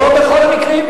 לא בכל המקרים.